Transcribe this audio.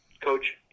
Coach